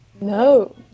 No